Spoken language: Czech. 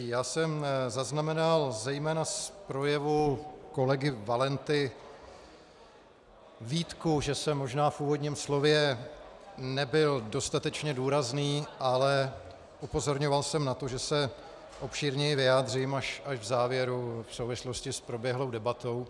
Já jsem zaznamenal zejména z projevu kolegy Valenty výtku, že jsem možná v úvodním slově nebyl dostatečně důrazný, ale upozorňoval jsem na to, že se obšírněji vyjádřím až v závěru v souvislosti s proběhlou debatou.